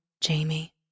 Jamie